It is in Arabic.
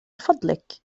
فضلك